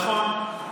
נכון.